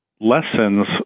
lessons